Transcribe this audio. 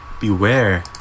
Beware